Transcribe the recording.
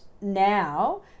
now